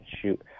shoot